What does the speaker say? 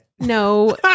No